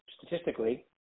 statistically